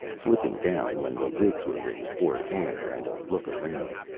slipping down when the lids were raised for air and a look around.